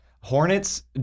Hornets